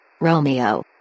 Romeo